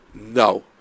No